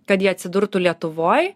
kad jie atsidurtų lietuvoj